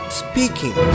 speaking